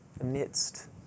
amidst